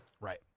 Right